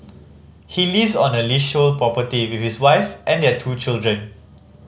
he lives on the leasehold property with his wife and their two children